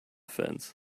fence